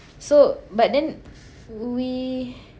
so but then we